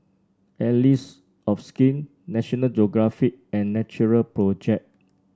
Allies of Skin National Geographic and Natural Project